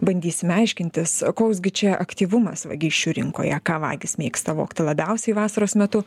bandysime aiškintis koks gi čia aktyvumas vagysčių rinkoje ką vagys mėgsta vogti labiausiai vasaros metu